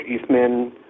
Eastman